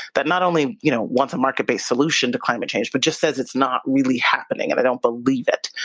that not only you know want a market based solution to climate change, but just says it's not really happening, and they don't believe it.